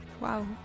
wow